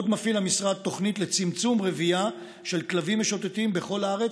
עוד מפעיל המשרד תוכנית לצמצום רבייה של כלבים משוטטים בכל הארץ,